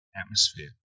atmosphere